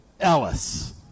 Ellis